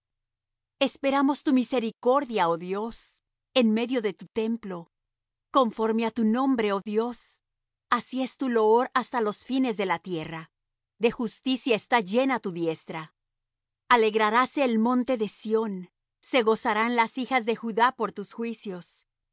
esperamos tu misericordia oh dios en medio de tu templo conforme á tu nombre oh dios así es tu loor hasta los fines de la tierra de justicia está llena tu diestra alegraráse el monte de sión se gozarán las hijas de judá por tus juicios